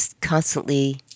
constantly